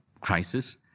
crisis